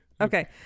Okay